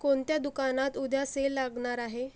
कोणत्या दुकानात उद्या सेल लागणार आहे